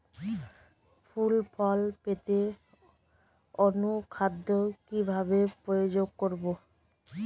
ফুল ফল পেতে অনুখাদ্য কিভাবে প্রয়োগ করব?